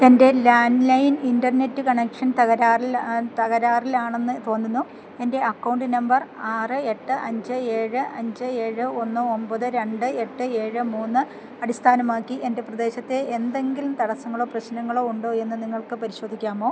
എൻ്റെ landline internet connection തകരാറിലാണെന്ന് തോന്നുന്നു എൻ്റെ അക്കൗണ്ട് നമ്പർ ആറ് എട്ട് അഞ്ച് ഏഴ് അഞ്ച് ഏഴ് ഒന്ന് ഒമ്പത് രണ്ട് എട്ട് ഏഴ് മൂന്ന് അടിസ്ഥാനമാക്കി എൻ്റെ പ്രദേശത്തെ എന്തെങ്കിലും തടസ്സങ്ങളോ പ്രശ്നങ്ങളോ ഉണ്ടോ എന്ന് നിങ്ങൾക്ക് പരിശോധിക്കാമോ